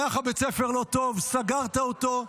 היה לך בית ספר לא טוב, סגרת אותו,